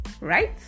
right